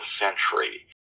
century